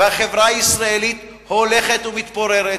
והחברה הישראלית הולכת ומתפוררת.